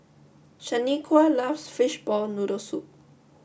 Shaniqua loves Fishball Noodle Soup